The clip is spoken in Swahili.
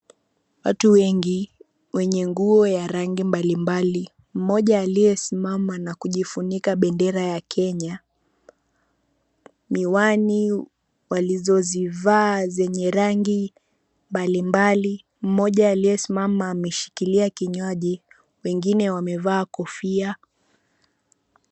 Watu wengi wenye nguo ya rangi mbalimbali mmoja aliyesimama na kujifunika bendera ya Kenya, miwani walizozivaa zenye rangi mbalimbali mmoja aliyesimama ameshikilia kinywaji wengine wamevaa kofia.